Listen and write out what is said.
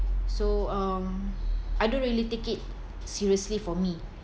so um I don't really take it seriously for me